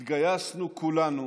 התגייסנו כולנו